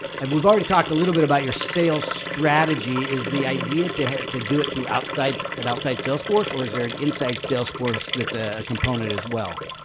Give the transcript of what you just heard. and we've already talked a little bit about your sales strategy is the idea to to do it through outside so and outside salesforce or is there an inside salesforce? that's a component as well.